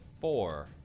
four